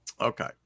Okay